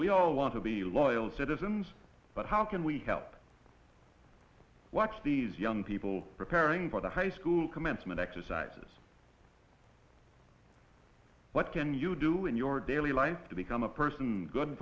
we all want to be loyal citizens but how can we help watch these young people preparing for the high school commencement exercises what can you do in your daily life to become a person good